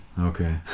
okay